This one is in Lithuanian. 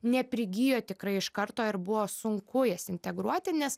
neprigijo tikrai iš karto ir buvo sunku jas integruoti nes